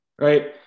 Right